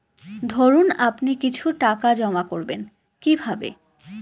ধরুন আপনি কিছু টাকা জমা করবেন কিভাবে?